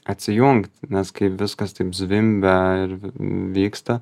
atsijungt nes kai viskas taip zvimbia ir vyksta